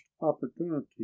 opportunity